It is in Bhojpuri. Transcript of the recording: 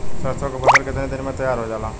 सरसों की फसल कितने दिन में तैयार हो जाला?